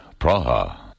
Praha